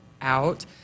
out